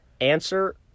Answer